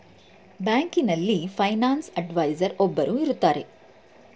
ಬ್ಯಾಂಕಿನಲ್ಲಿ finance adviser ಒಬ್ಬರು ಇರುತ್ತಾರೆ